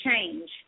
change